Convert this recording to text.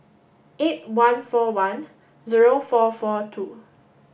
eight one four one zero four four two